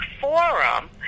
Forum